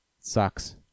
Sucks